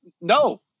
No